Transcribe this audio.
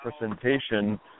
representation